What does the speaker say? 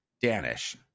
Danish